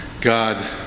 God